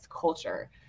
culture